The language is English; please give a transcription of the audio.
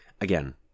again